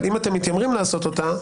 אבל אם אתם מתיימרים לעשות אותה,